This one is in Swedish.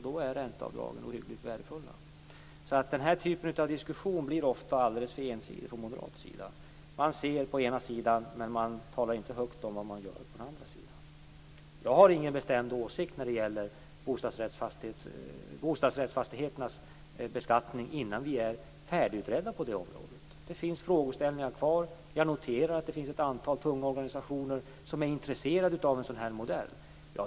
Då är ränteavdragen ohyggligt värdefulla. Den här typen av diskussion blir ofta alltför ensidig från moderat sida. Man ser till den ena sidan, men man talar inte högt om vad man vill göra på den andra sidan. Jag har ingen bestämd åsikt när det gäller bostadsrättsfastigheternas beskattning innan det området är färdigutrett. Det finns frågeställningar kvar. Jag noterar att det finns ett antal tunga organisationer som är intresserade av en sådan här modell.